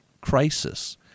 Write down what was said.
crisis